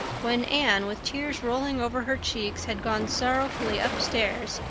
when anne, with tears rolling over her cheeks, had gone sorrowfully upstairs,